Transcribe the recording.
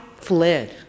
fled